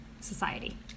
society